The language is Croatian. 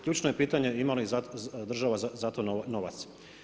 Ključno je pitanje ima li država za to novaca.